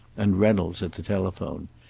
and reynolds at the telephone.